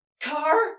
car